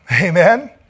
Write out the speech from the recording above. Amen